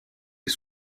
est